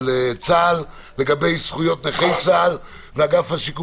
צה"ל לגבי זכויות נכי צה"ל ואגף השיקום